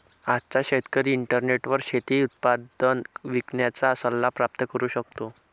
आजचा शेतकरी इंटरनेटवर शेती उत्पादन विकण्याचा सल्ला प्राप्त करू शकतो